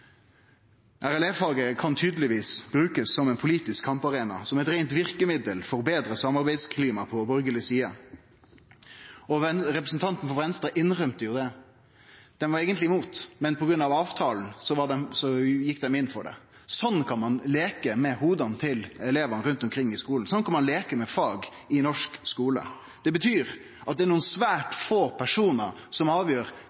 RLE-faget kan tydelegvis brukast som ein politisk kamparena, som eit reint verkemiddel for betre samarbeidsklima på borgarleg side. Representanten frå Venstre innrømde det. Venstre var eigentleg imot, men på grunn av avtalen gjekk dei inn for dette. Slik kan ein leike med hovuda til elevane. Slik kan ein leike med fag i norsk skule. Det betyr at det er nokre svært få personar som avgjer kva elevar rundt omkring i heile landet skal drive med i timane – personar utan nokon